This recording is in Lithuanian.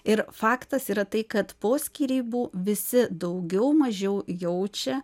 ir faktas yra tai kad po skyrybų visi daugiau mažiau jaučia